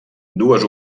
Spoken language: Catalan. dues